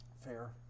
Fair